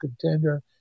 contender